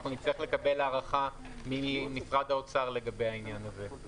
אנחנו נצטרך לקבל הערכה ממשרד האוצר לגבי העניין הזה.